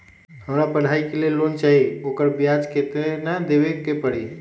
हमरा पढ़ाई के लेल लोन चाहि, ओकर ब्याज केतना दबे के परी?